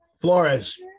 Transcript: Flores